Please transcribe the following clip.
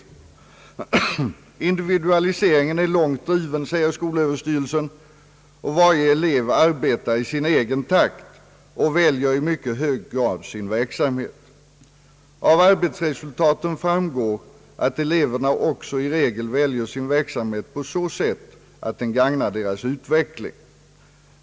Styrelsen fortsätter: »Individualiseringen är långt driven, och varje elev arbetar i sin egen takt och väljer i mycket hög grad sin verksamhet. Av arbetsresultaten vid Göteborgs högre samskola framgår att eleverna också i regel väljer sin verksamhet på så sätt att den gagnar deras utveckling.